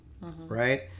right